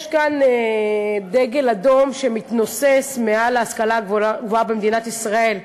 יש כאן דגל אדום שמתנוסס מעל ההשכלה הגבוהה במדינת ישראל,